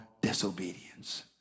disobedience